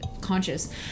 conscious